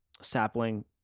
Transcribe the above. sapling